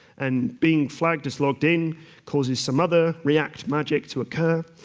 and being flagged as logged in causes some other react magic to occur,